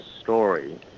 story